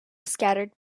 scattered